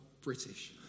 British